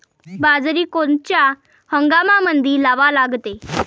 बाजरी कोनच्या हंगामामंदी लावा लागते?